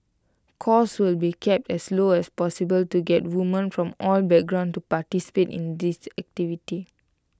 costs will be kept as low as possible to get women from all backgrounds to participate in this activities